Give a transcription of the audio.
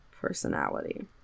Personality